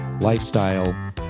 lifestyle